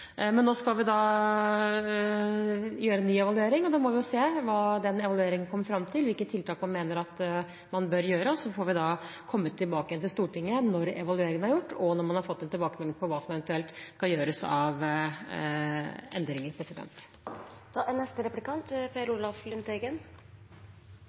Men nå skal vi gjøre en ny evaluering, og da må vi se hva man i den evalueringen kommer fram til, og hvilke tiltak man mener at man bør gjøre. Så får vi komme tilbake til Stortinget når evalueringen er gjort, og når man har fått en tilbakemelding på hva som eventuelt skal gjøres av endringer.